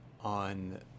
on